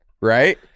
right